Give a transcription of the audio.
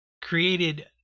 created